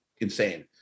insane